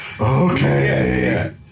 Okay